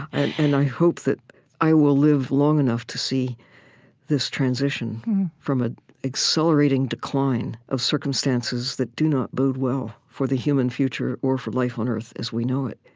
and i hope that i will live long enough to see this transition from an accelerating decline of circumstances that do not bode well for the human future or for life on earth as we know it